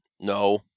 No